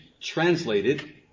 translated